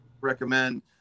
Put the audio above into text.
Recommend